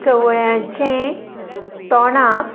चवळ्यांचें तोंडाक